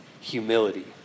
humility